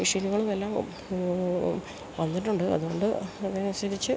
മെഷീനുകളുവെല്ലാം വന്നിട്ടുണ്ട് അതുകൊണ്ട് അതനുസരിച്ച്